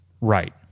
Right